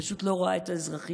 שפשוט לא רואה את האזרחים,